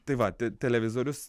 tai va te televizorius